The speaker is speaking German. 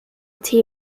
tee